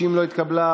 לא להפריע.